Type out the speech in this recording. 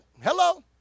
Hello